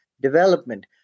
development